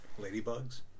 Ladybugs